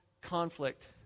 conflict